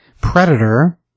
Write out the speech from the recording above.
Predator